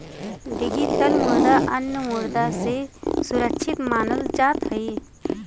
digital मुद्रा अन्य मुद्रा से सुरक्षित मानल जात हई